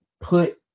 put